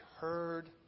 heard